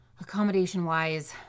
accommodation-wise